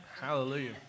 Hallelujah